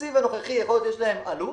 שבתקציב הנוכחי יכול להיות שיש להם עלות,